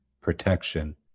protection